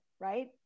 right